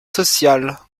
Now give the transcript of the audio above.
sociale